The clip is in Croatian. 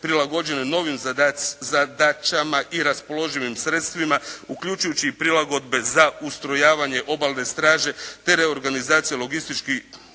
prilagođene novim zadaćama i raspoloživim sredstvima uključujući i prilagodbe za ustrojavanje obalne straže te reorganizacija logističko-potpornog